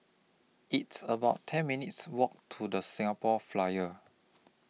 It's about ten minutes' Walk to The Singapore Flyer